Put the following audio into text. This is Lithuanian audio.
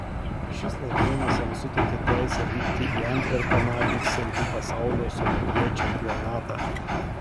šis laimėjimas jam suteikė teisę vykti į antverpeną vyksiantį pasaulio someljė čempionatą